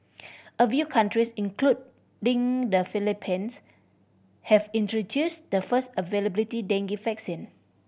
a few countries including the Philippines have introduced the first availability dengue vaccine